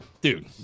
dude